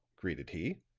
greeted he.